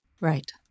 Right